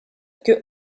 que